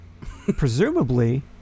presumably